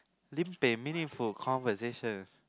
lim-peh meaningful conversation